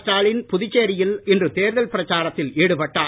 ஸ்டாலின் புதுச்சேரியில் இன்று தேர்தல் பிரச்சாரத்தில் ஈடுபட்டார்